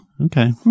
Okay